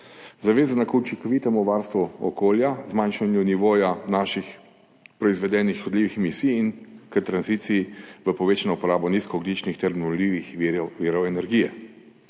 zavezana k učinkovitemu varstvu okolja, zmanjšanju nivoja naših proizvedenih škodljivih emisij in k tranziciji v povečano porabo nizkoogljičnih ter obnovljivih virov energije.